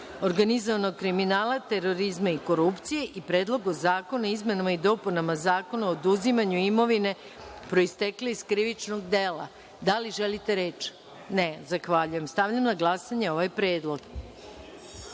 organizovanog kriminala, terorizma i korupcije i Predlogu zakona o izmenama i dopunama Zakona o oduzimanju imovine proistekle iz krivičnog dela. Da li želite reč? (Ne.)Zahvaljujem. Stavljam na glasanje ovaj predlog.(Tatjana